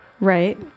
Right